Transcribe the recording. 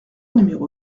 numéro